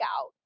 out